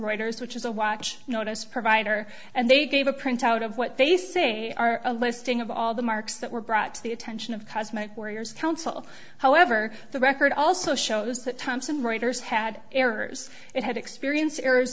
reuters which is a watch notice provider and they gave a printout of what they say are a listing of all the marks that were brought to the attention of cosmic warriors counsel however the record also shows that thomson reuters had errors it had experienced errors